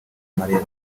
mariah